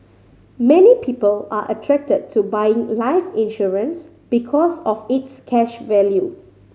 many people are attracted to buying life insurance because of its cash value